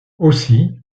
aussi